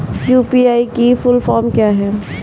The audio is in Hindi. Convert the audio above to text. यू.पी.आई की फुल फॉर्म क्या है?